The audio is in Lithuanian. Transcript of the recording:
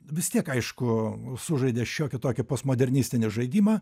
vis tiek aišku sužaidė šiokį tokį postmodernistinį žaidimą